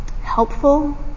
helpful